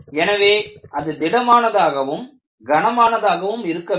எனவே அது திடமானதாகவும் கனமானதாகவும் இருக்க வேண்டும்